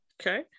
okay